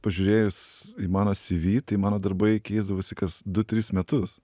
pažiūrėjus į mano cv tai mano darbai keisdavosi kas du tris metus